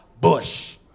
bush